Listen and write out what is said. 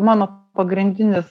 mano pagrindinis